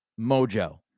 mojo